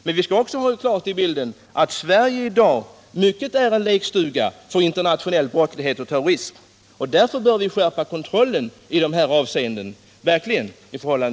Men vi skall också ha klart för oss att Sverige i dag i mycket är en lekstuga för internationell brottslighet och terrorism. Därför bör vi skärpa kontrollen i detta avseende.